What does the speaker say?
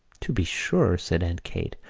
to be sure, said aunt kate,